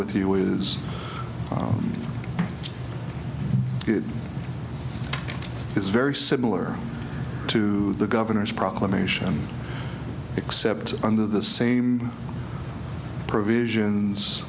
h you is it is very similar to the governor's proclamation except under the same provisions